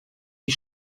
die